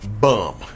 bum